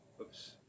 Oops